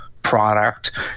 product